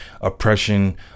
oppression